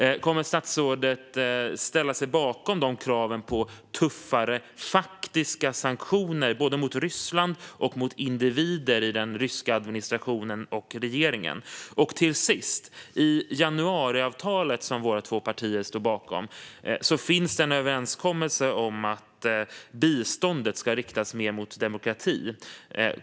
Kommer statsrådet att ställa sig bakom krav på tuffare faktiska sanktioner både mot Ryssland och mot individer i den ryska administrationen och regeringen? I januariavtalet, som våra två partier står bakom, finns en överenskommelse om att biståndet ska riktas mer mot demokrati.